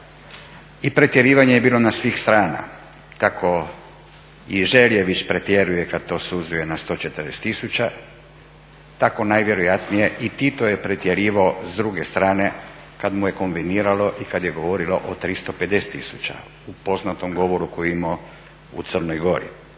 i pretjerivanje je bilo na svim stranama. Tako i …/Govornik se ne razumije./… već pretjeruje kad to suzuje na 140 tisuća, tako najvjerojatnije i Tito je pretjerivao s druge strane kad mu je …/Govornik se ne razumije./… i kad je govorilo o 350 tisuća u poznatom govoru koji je imao u Crnoj Gori.